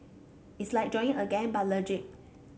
it's like joining a gang but legit